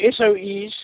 SOEs